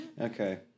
Okay